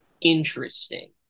interesting